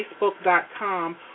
facebook.com